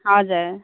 हजुर